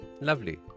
Lovely